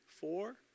four